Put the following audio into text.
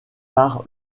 par